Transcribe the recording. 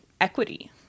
equity